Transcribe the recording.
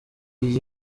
iyi